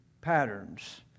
patterns